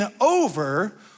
over